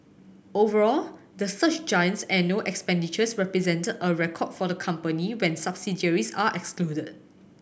overall the search giant's annual expenditures represented a record for the company when subsidiaries are excluded